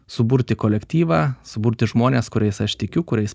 suburti kolektyvą suburti žmones kuriais aš tikiu kuriais